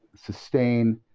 sustain